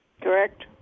Correct